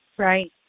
Right